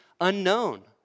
unknown